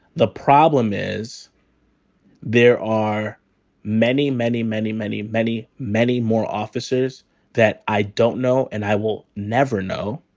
the problem is there are many, many, many, many, many, many more officers that i don't know. and i will never know,